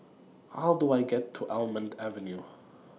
How Do I get to Almond Avenue